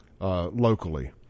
locally